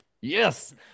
yes